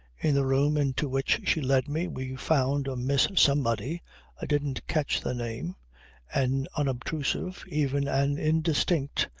in the room into which she led me we found a miss somebody i didn't catch the name an unobtrusive even an indistinct,